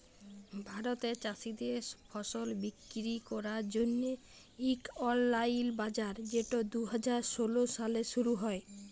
ভারতে চাষীদের ফসল বিক্কিরি ক্যরার জ্যনহে ইক অললাইল বাজার যেট দু হাজার ষোল সালে শুরু হ্যয়